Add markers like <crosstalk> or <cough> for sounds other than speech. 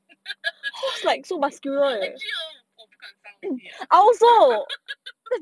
<laughs> actually hor 我不敢杀东西 ah <laughs>